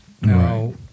Now